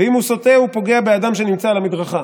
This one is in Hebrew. ואם הוא סוטה הוא פוגע באדם שנמצא על המדרכה?